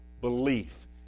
belief